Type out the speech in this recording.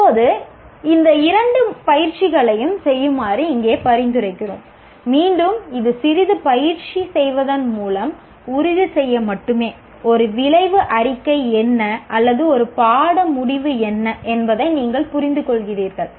இப்போது இந்த இரண்டு பயிற்சிகளையும் செய்யுமாறு இங்கே பரிந்துரைக்கிறோம் மீண்டும் இது சிறிது பயிற்சி செய்வதன் மூலம் உறுதி செய்ய மட்டுமே ஒரு விளைவு அறிக்கை என்ன அல்லது ஒரு பாட முடிவு என்ன என்பதை நீங்கள் புரிந்துகொள்கிறீர்கள்